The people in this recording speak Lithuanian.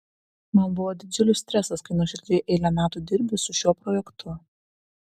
man buvo didžiulis stresas kai nuoširdžiai eilę metų dirbi su šiuo projektu